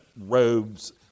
robes